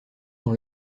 dans